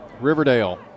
Riverdale